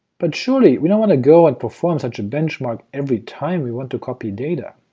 but surely we don't want to go and perform such a benchmark every time we want to copy data!